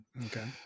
Okay